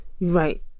Right